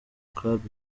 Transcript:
club